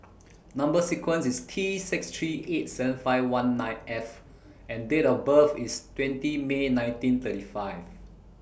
Number sequence IS T six three eight seven five one nine F and Date of birth IS twenty May nineteen thirty five